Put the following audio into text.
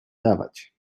dawać